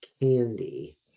candy